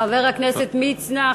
חבר הכנסת מצנע,